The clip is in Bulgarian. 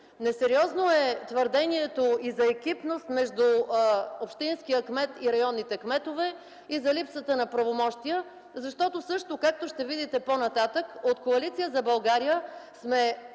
Несериозно е твърдението и за екипност между общинския кмет и районните кметове, и за липсата на правомощия, защото, също както ще видите по нататък, от Коалиция за България сме